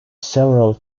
several